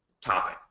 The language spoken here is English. topic